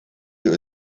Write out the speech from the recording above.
you